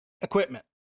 equipment